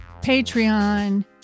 patreon